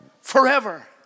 Forever